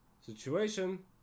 situation